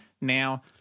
Now